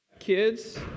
kids